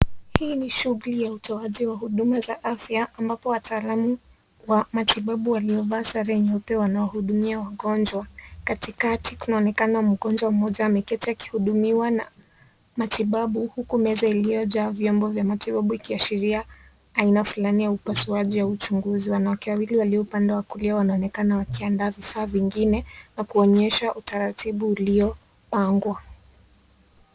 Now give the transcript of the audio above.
Hii ni shughuli ya utoaji wa huduma za afya ambapo wataalamu wa matibabu waliovaa sare nyeupe wanawahudumia wagonjwa. Katikati kunaonekana mgonjwa mmoja ameketi akihudumiwa na matibabu huku meza iliyojaa vyombo vya matibabu ikiashiria aina fulani ya upasuaji ya uchunguzi . Wanawake wawili walio upande wa kulia wanaonekana wakiandaa vifaa vingine na kuonyesha utaratibu uliopangwa.